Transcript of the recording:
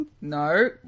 No